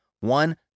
One